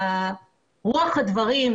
רוח הדברים,